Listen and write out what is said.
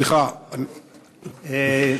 סליחה,